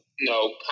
No